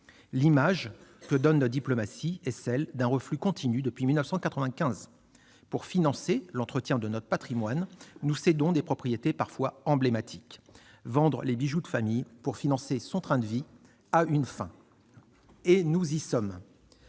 L'image que donne notre diplomatie est celle d'un reflux continu depuis 1995. Pour financer l'entretien de notre patrimoine, nous cédons des propriétés parfois emblématiques. J'ai arrêté ! Vendre les « bijoux de famille » pour financer son train de vie a une fin. Et nous y sommes